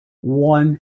one